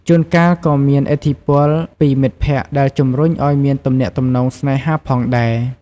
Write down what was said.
ជួនកាលក៏មានឥទ្ធិពលពីមិត្តភក្តិដែលជម្រុញឲ្យមានទំនាក់ទំនងស្នេហាផងដែរ។